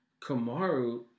Kamaru